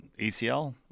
ACL